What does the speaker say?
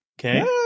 Okay